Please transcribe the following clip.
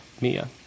Mia